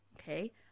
okay